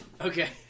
Okay